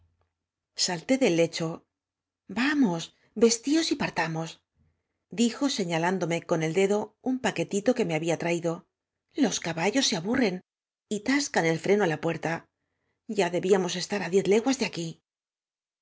salté del lecho vamos vestios y partamos dijo senalán dome con el dedo un paquetito que me había traído ios caballos se aburren y tascan el freno á la puerta ya debíamos estar á diez leguas de aquí